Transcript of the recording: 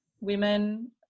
women